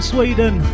Sweden